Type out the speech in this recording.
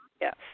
Yes